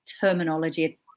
terminology